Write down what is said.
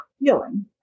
feeling